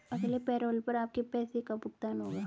अगले पैरोल पर आपके पैसे का भुगतान होगा